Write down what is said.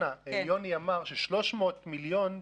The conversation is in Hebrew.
יוני אמר ש-300 מיליון תוקצבו,